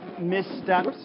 missteps